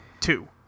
Two